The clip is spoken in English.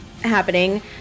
happening